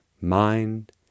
mind